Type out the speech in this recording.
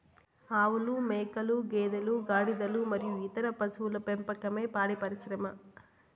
ఆవులు, మేకలు, గేదెలు, గాడిదలు మరియు ఇతర పశువుల పెంపకమే పాడి పరిశ్రమ